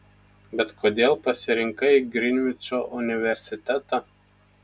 bet kodėl pasirinkai grinvičo universitetą